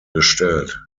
gestellt